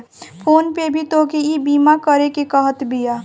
phone पे भी तोहके ईबीमा करेके कहत बिया